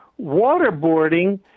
waterboarding